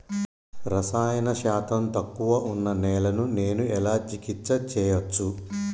రసాయన శాతం తక్కువ ఉన్న నేలను నేను ఎలా చికిత్స చేయచ్చు?